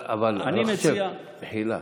אבל מחילה,